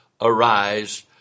arise